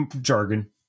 jargon